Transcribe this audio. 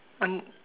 um